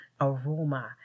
aroma